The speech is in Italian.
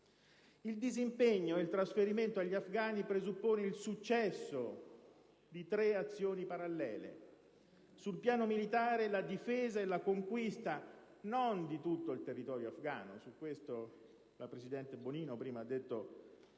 Il disimpegno e il trasferimento agli afgani presuppongono il successo di tre azioni parallele: sul piano militare, la difesa e la conquista, non di tutto il territorio afgano (al riguardo poco fa la presidente Bonino ha